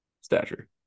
stature